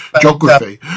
geography